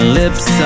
lips